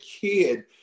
kid